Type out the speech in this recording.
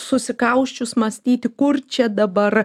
susikausčius mąstyti kur čia dabar